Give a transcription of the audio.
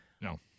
No